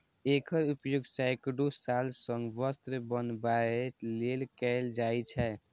एकर उपयोग सैकड़ो साल सं वस्त्र बनबै लेल कैल जाए छै